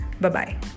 Bye-bye